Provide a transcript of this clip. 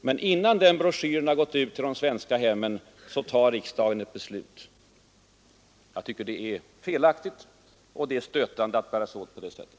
Men innan den broschyren har gått ut till de svenska hemmen tar riksdagen ett beslut. Jag tycker att det är felaktigt, och det är stötande att bära sig åt på det sättet.